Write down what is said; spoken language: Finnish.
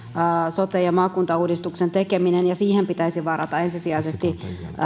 sote ja maakuntauudistuksen tekeminen ja siihen pitäisi varata ensisijaisesti